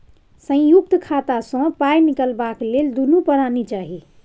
संयुक्त खाता सँ पाय निकलबाक लेल दुनू परानी चाही